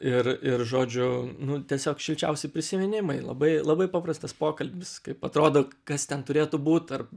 ir ir žodžiu nu tiesiog šilčiausi prisiminimai labai labai paprastas pokalbis kaip atrodo kas ten turėtų būt tarp